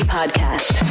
Podcast